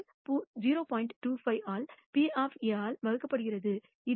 25 ஆல் P ஆல் வகுக்கப்படுகிறது இது 0